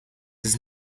does